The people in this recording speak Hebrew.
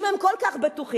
אם הם כל כך בטוחים,